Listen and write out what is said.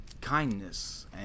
kindness